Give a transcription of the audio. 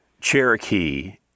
Cherokee